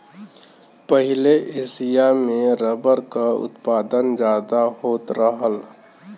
पहिले एसिया में रबर क उत्पादन जादा होत रहल